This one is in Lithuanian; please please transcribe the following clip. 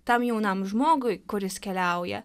tam jaunam žmogui kuris keliauja